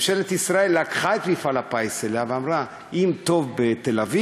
ממשלת ישראל לקחה את מפעל הפיס אליה ואמרה: אם טוב בתל-אביב,